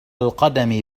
القدم